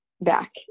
back